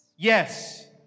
Yes